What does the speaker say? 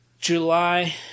July